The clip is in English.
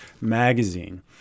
magazine